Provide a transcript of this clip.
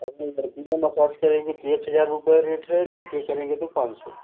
अब लड़कियाँ मसाज करेंगी तो एक हज़ार रुपये रेट है लड़के करेंगे तो पाँच सौ